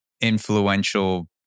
influential